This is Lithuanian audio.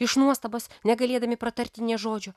iš nuostabos negalėdami pratarti nė žodžio